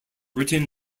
written